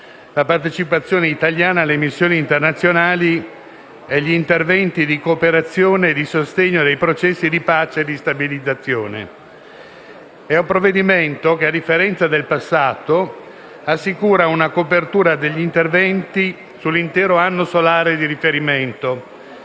la partecipazione italiana alle missioni internazionali e agli interventi di cooperazione e sostegno nei processi di pace e stabilizzazione. Il provvedimento, a differenza del passato, assicura una copertura degli interventi sull'intero anno solare di riferimento.